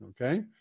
okay